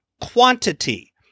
quantity